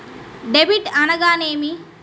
Debit అనగానేమి?